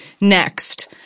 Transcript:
Next